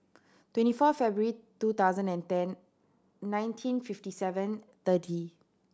twenty four February two thousand and ten nineteen fifty seven thirty